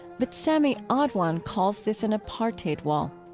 but sami ah adwan calls this an apartheid wall.